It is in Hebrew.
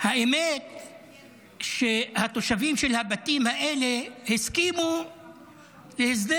האמת שהתושבים של הבתים האלה הסכימו להסדר,